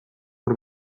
hor